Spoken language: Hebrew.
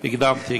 הקדמתי.